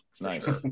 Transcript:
Nice